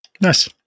Nice